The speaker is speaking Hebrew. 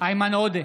איימן עודה,